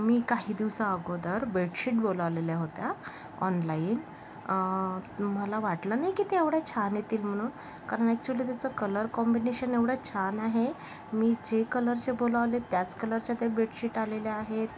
मी काही दिवसाअगोदर बेडशीट बोलावलेल्या होत्या ऑनलाईन मला वाटलं नाही की त्या एवढ्या छान येतील म्हणून कारण अॅक्च्युअली त्याचं कलर कॉम्बिनेशन एवढं छान आहे मी जे कलरचे बोलावले त्याच कलरच्या त्या बेडशीट आलेल्या आहेत